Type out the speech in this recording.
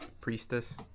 priestess